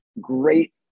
great